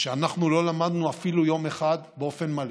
שאנחנו לא למדנו אפילו יום אחד באופן מלא.